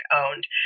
owned